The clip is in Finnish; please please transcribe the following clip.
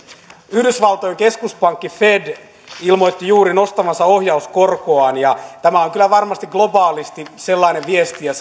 yhdysvaltojen keskuspankki fed ilmoitti juuri nostavansa ohjauskorkoaan ja tämä on kyllä varmasti globaalisti sellainen viesti ja